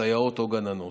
סייעות או גננות.